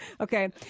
Okay